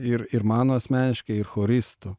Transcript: ir ir mano asmeniškai ir choristų